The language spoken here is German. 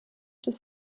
des